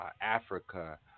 Africa